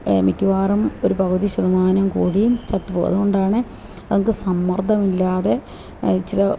മിക്കവാറും ഒരു പകുതി ശതമാനം കോഴിയും ചത്തുപോകും അതുകൊണ്ടാണ് അതുങ്ങൾക്ക് സമ്മർദ്ദം ഇല്ലാതെ ഇച്ചര്